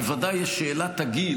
בוודאי שאלת הגיל,